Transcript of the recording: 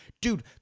Dude